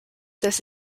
this